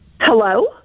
Hello